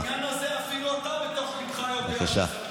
בעניין הזה אפילו אתה בתוך ליבך יודע שזו בושה.